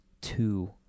two